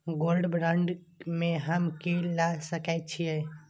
Gold bond में हम की ल सकै छियै?